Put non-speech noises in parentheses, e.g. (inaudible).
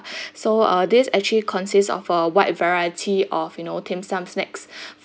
(breath) so this actually consists of a wide variety of you know dim sum snacks (breath)